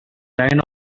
line